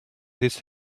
this